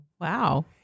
Wow